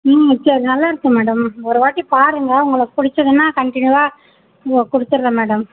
ம் சரி நல்லா இருக்கும் மேடம் ஒரு வாட்டி பாருங்கள் உங்களுக்கு பிடிச்சுதுன்னா கன்ட்டினியூவாக உங்களுக்கு கொடுத்துர்றேன் மேடம்